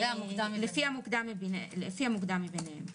לפי המוקדם ביניהם.